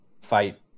fight